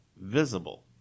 visible